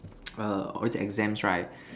err all these exams right